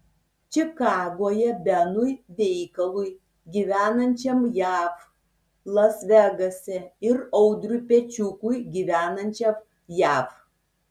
čikagoje benui veikalui gyvenančiam jav las vegase ir audriui pečiukui gyvenančiam jav